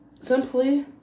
Simply